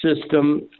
system